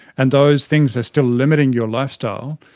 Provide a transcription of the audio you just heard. and those things are still limiting your lifestyle,